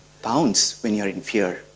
bounds when you are in fear,